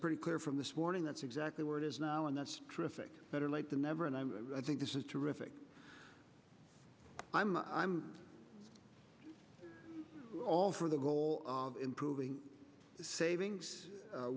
pretty clear from this morning that's exactly where it is now and that's terrific better late than never and i think this is terrific i'm i'm all for the goal of improving savings